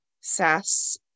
SAS